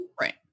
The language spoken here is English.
right